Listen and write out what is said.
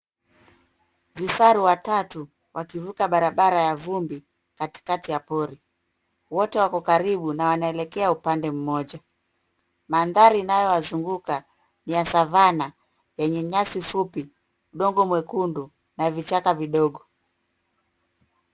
Vifaru watatu wakivuka barabara ya vumbi katikati ya pori. Wote wako karibu na wanaelekea upande mmoja. Mandhari inayowazunguka ni ya savanna yenye nyasi fupi, udongo mwekundu na vichaka vidogo